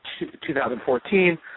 2014